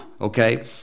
okay